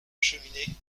cheminée